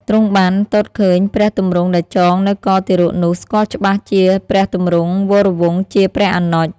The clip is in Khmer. ទ្រង់បាន ទតឃើញព្រះទម្រង់ដែលចងនៅកទារកនោះ ស្គាល់ច្បាស់ជាព្រះទម្រង់វរវង្សជាព្រះអនុជ ។